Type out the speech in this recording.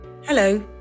hello